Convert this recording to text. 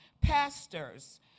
pastors